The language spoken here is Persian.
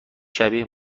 شبیه